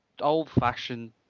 old-fashioned